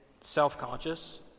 self-conscious